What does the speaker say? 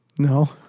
No